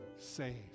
saved